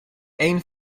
één